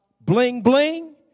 bling-bling